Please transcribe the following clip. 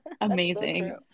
amazing